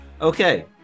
Okay